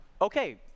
okay